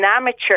amateur